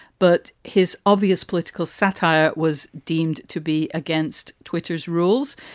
but his obvious political satire was deemed to be against twitter's rules.